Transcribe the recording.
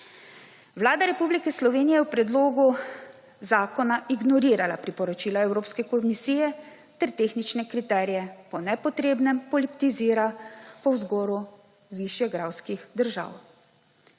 Vlada Republike Slovenije je v predlogu zakona ignorirala priporočila Evropske komisije ter tehnične kriterije po nepotrebnem politizira po vzoru višegrajskih držav.